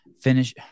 finish